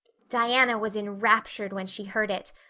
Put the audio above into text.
diana was enraptured when she heard it.